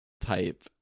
type